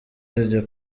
ajya